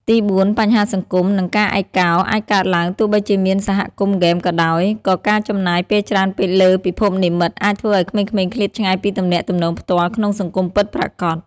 ទីបួន បញ្ហាសង្គម និងការឯកោ អាចកើតឡើង ទោះបីជាមានសហគមន៍ហ្គេមក៏ដោយ ក៏ការចំណាយពេលច្រើនពេកលើពិភពនិម្មិតអាចធ្វើឱ្យក្មេងៗឃ្លាតឆ្ងាយពីទំនាក់ទំនងផ្ទាល់ក្នុងសង្គមពិតប្រាកដ។